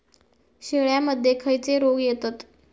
शेळ्यामध्ये खैचे रोग येतत?